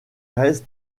reste